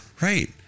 Right